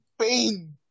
pain